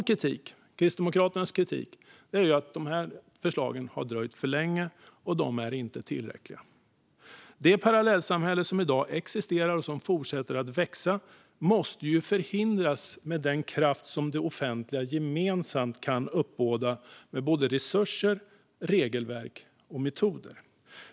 Kristdemokraternas kritik går dock ut på att de här förslagen har dröjt för länge och att de inte är tillräckliga. Det parallellsamhälle som i dag existerar och som fortsätter att växa måste förhindras med den kraft som det offentliga gemensamt kan uppbåda med såväl resurser som regelverk och metoder.